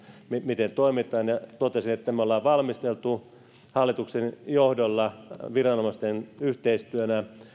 miten toimitaan ja totesin että me olemme valmistelleet hallituksen johdolla viranomaisten yhteistyönä